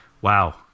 Wow